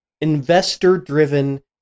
investor-driven